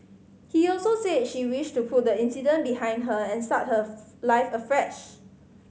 he also said she wished to put the incident behind her and start her life afresh